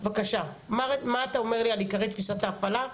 בבקשה מה אתה אומר לי על עיקרי תפיסת ההפעלה.